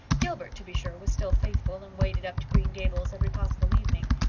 gilbert, to be sure, was still faithful, and waded up to green gables every possible evening.